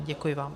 Děkuji vám.